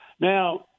Now